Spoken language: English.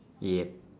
yup